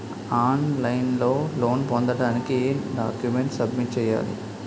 On line లో loan పొందటానికి ఎం డాక్యుమెంట్స్ సబ్మిట్ చేయాలి?